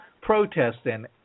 protesting